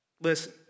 listen